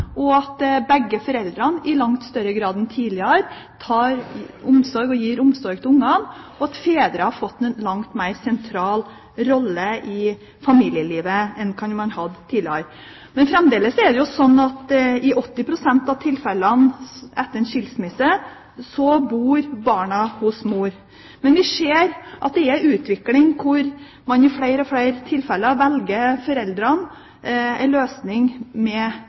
og at begge foreldrene i langt større grad enn tidligere tar omsorg for og gir omsorg til barna, og at fedre har fått en langt mer sentral rolle i familielivet enn hva man hadde tidligere. Fremdeles er det slik at i 80 pst. av tilfellene etter en skilsmisse bor barna hos mor. Men vi ser at det er en utvikling hvor foreldrene i flere tilfeller velger en løsning med delt bosted, og i de tilfellene man velger